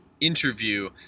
interview